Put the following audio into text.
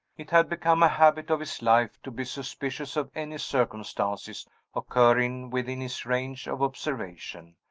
it had become a habit of his life to be suspicious of any circumstances occurring within his range of observation,